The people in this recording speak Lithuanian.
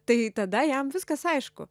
tai tada jam viskas aišku